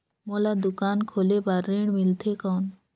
मोला दुकान खोले बार ऋण मिलथे कौन?